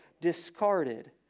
discarded